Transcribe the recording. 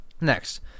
Next